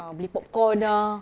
ah beli popcorn lah